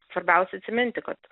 svarbiausia atsiminti kad